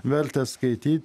verta skaityt